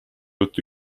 jutt